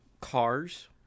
cars